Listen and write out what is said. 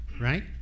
right